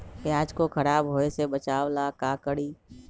प्याज को खराब होय से बचाव ला का करी?